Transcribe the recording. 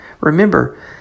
Remember